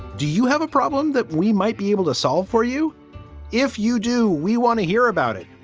do you have a problem that we might be able to solve for you if you do? we want to hear about it.